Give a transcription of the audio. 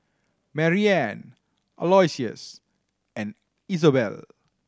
Maryanne Aloysius and Isobel